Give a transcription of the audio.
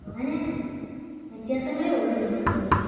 അങ്ങനേ വ്യത്യാസങ്ങളെ ഉള്ളു ഞങ്ങള് തമ്മില്